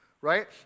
right